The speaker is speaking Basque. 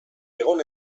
egon